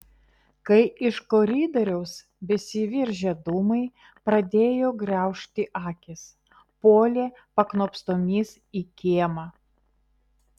kai iš koridoriaus besiveržią dūmai pradėjo graužti akis puolė paknopstomis į kiemą